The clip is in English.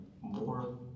more